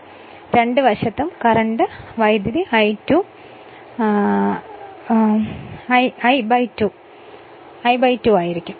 ആയതിനാൽ രണ്ട് വശത്തും കറണ്ട് I2 I2 എന്നിങ്ങനെയായിരിക്കും